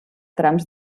trams